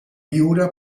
viure